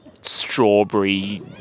strawberry